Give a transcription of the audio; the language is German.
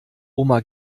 oma